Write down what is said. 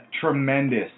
tremendous